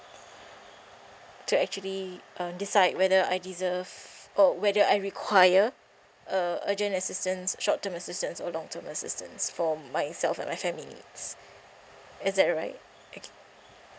to actually uh decide whether I deserve or whether I require a urgent assistance short term assistance or long term assistance for myself and my families is that right okay